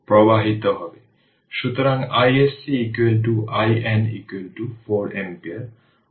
সুতরাং iSC IN 4 ampere